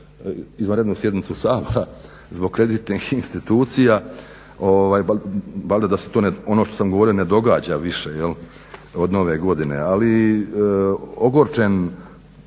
izvanrednu sjednicu Sabora zbog kreditnih institucija. Valjda da se ono što sam govorio ne događa više od Nove godine ali ogorčen